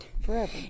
forever